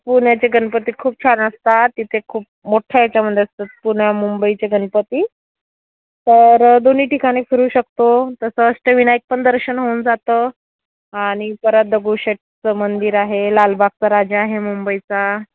पुण्याचे गणपती खूप छान असतात तिथे खूप मोठ्या याच्यामध्ये असतात पुण्यामुंबईचे गणपती तर दोन्ही ठिकाणी फिरू शकतो तसं अष्टविनायक पण दर्शन होऊन जातं आणि परत दगडूशेठचं मंदिर आहे लालबागचा राजा आहे मुंबईचा